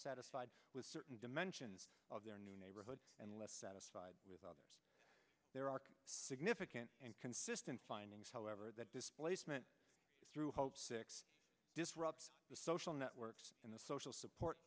satisfied with certain dimensions of their new neighborhood and less satisfied with others there are significant and consistent findings however that displacement through six disrupts the social networks and the social support